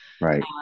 Right